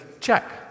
check